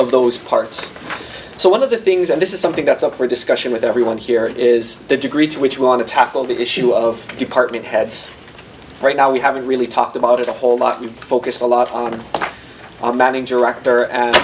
of those parts so one of the things and this is something that's up for discussion with everyone here is the degree to which want to tackle the issue of department heads right now we haven't really talked about it a whole lot you focus a lot on our manning director and